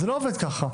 זה לא עובד ככה.